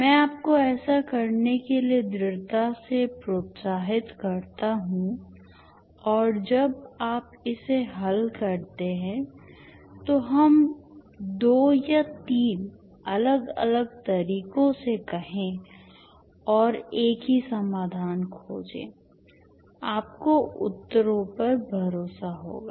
मैं आपको ऐसा करने के लिए दृढ़ता से प्रोत्साहित करता हूं और जब आप इसे हल करते हैं तो हम दो या तीन अलग अलग तरीकों से कहें और एक ही समाधान खोजें आपको उत्तरों पर बहुत भरोसा होगा